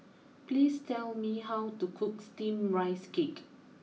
please tell me how to cook Steamed Rice Cake